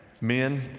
men